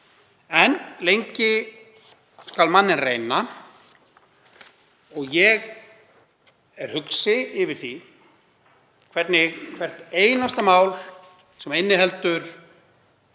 En lengi skal manninn reyna. Ég er hugsi yfir því hvernig hvert einasta mál sem inniheldur